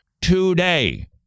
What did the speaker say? today